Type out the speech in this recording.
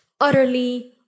utterly